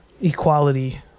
equality